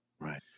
Right